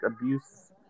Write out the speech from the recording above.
abuse